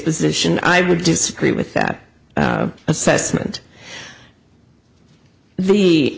position i would disagree with that assessment the